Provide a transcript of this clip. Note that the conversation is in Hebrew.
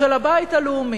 של הבית הלאומי,